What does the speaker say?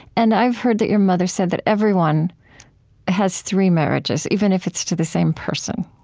and i've heard that your mother said that everyone has three marriages, even if it's to the same person.